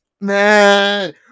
Man